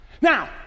Now